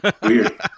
weird